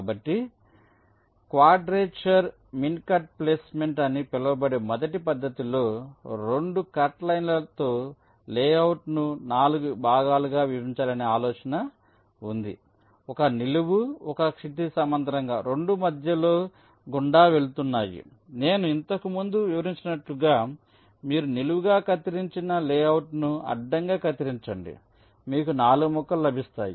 కాబట్టి quadrature min cut placement అని పిలువబడే మొదటి పద్ధతిలో 2 కట్లైన్లతో లేఅవుట్ను 4 భాగాలుగా విభజించాలనే ఆలోచన ఉంది 1 నిలువు 1 క్షితిజ సమాంతరంగా రెండూ మధ్యలో గుండా వెళుతున్నాయి నేను ఇంతకు ముందు వివరించినట్లుగా మీరు నిలువుగా కత్తిరించిన లేఅవుట్ను అడ్డంగా కత్తిరించండి మీకు 4 ముక్కలు లభిస్తాయి